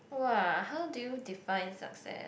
!wah! how do you define success